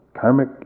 karmic